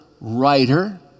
writer